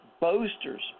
boasters